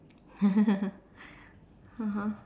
(uh huh)